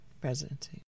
presidency